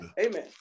Amen